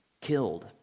killed